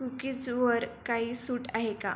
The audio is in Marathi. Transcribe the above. कुकीजवर काही सूट आहे का